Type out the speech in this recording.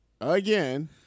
again